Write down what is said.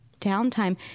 downtime